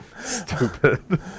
Stupid